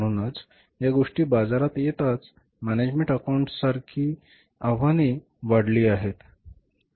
म्हणूनच या गोष्टी बाजारात येताच मॅनेजमेंट अकाउंटंट्ससमोरची आव्हानेही वाढली आहेत